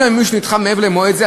אם המימוש נדחה מעבר למועד זה,